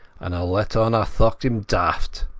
and i let on i thocht him daft.